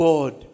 God